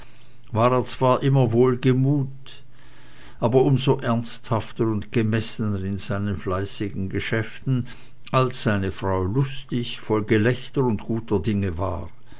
war er zwar immer wohlgemut aber um so ernsthafter und gemessener in seinen fleißigen geschäften als seine frau lustig voll gelächter und guter dinge war